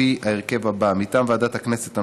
בהרכב הזה: מטעם ועדת הכנסת,